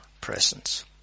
presence